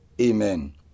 Amen